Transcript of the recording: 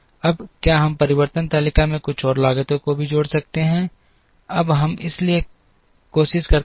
अब क्या हम परिवहन तालिका में कुछ और लागतों को भी जोड़ सकते हैं अब हम कोशिश करते हैं और करते हैं